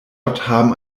haben